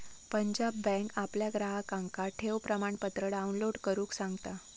Punjab bank आपल्या ग्राहकांका ठेव प्रमाणपत्र डाउनलोड करुक सांगता